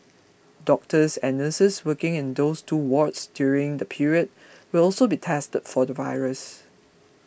doctors and nurses working in those two wards during the period will also be tested for the virus